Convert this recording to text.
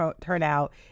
turnout